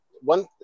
one